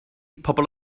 pobl